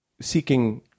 seeking